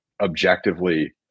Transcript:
objectively